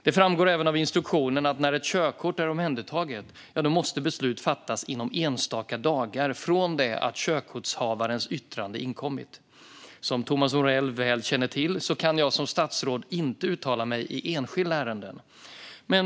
Det framgår även av instruktionen att när ett körkort är omhändertaget måste beslut fattas inom enstaka dagar från det att körkortshavarens yttrande inkommit. Som Thomas Morell väl känner till kan jag som statsråd inte uttala mig i enskilda ärenden.